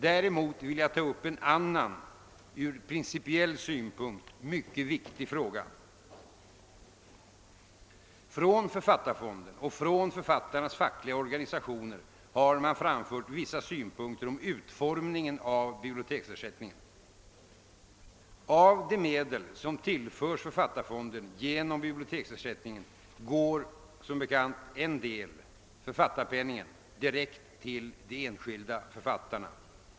Däremot vill jag ta upp en annan ur principiell synpunkt mycket viktig fråga. Från Författarfonden och från författarnas fackliga organisationer har man framfört vissa synpunkter på utformningen av biblioteksersättningen. Av de medel som tillförs Författarfonden genom = biblioteksersättningen går som bekant en del, författarpenningen, direkt till de enskilda författarna.